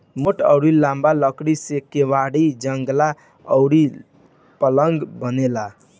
मोट अउरी लंबा लकड़ी से केवाड़ी, जंगला अउरी पलंग बनेला